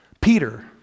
Peter